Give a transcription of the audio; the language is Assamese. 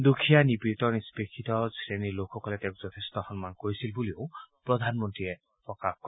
দুখীয়া নিপীড়িত নিষ্পেষিত শ্ৰেণীৰ লোকসকলে তেওঁক যথেষ্ট সন্মান কৰিছিল বুলিও প্ৰধানমন্ত্ৰীয়ে প্ৰকাশ কৰে